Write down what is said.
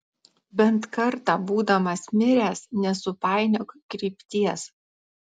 bent kartą būdamas miręs nesupainiok krypties